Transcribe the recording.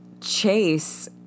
Chase